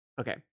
okay